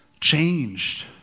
changed